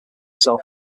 self